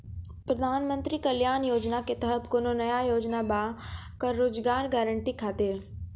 प्रधानमंत्री कल्याण योजना के तहत कोनो नया योजना बा का रोजगार गारंटी खातिर?